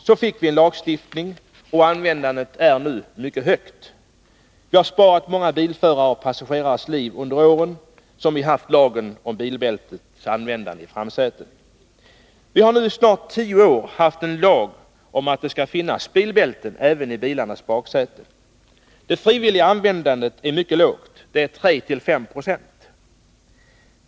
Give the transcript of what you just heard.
Så fick vi en lagstiftning och användandet är nu mycket högt. Det har sparat många bilförares och passagerares liv under de år som vi haft lagen om bilbältets användande i framsätet. Vi har nu i snart tio år haft en lag om att det skall finnas bilbälten även i bilarnas baksäten. Det frivilliga användandet är mycket lågt — 3-5 26.